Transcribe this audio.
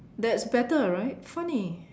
that's better right funny